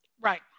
Right